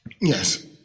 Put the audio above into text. yes